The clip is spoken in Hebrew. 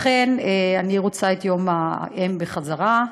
לכן אני רוצה את יום האם חזרה.